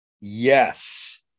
Yes